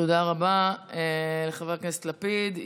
תודה רבה, חבר הכנסת לפיד.